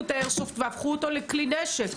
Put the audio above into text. את האיירסופט והפכו אותו לכלי נשק.